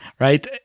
right